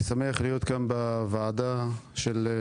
אני שמח להיות כאן בוועדת הפנים.